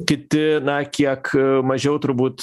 kiti na kiek mažiau turbūt